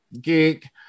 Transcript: gig